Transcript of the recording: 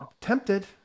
Tempted